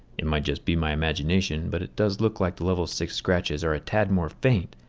it might just be my imagination, but it does look like the level six scratches are a tad more faint,